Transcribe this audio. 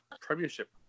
Premiership